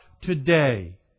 today